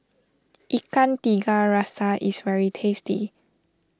Ikan Tiga Rasa is very tasty